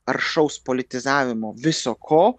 aršaus politizavimo viso ko